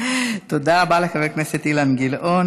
תודה רבה לחבר הכנסת אילן גילאון.